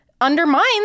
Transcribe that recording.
undermines